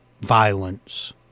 violence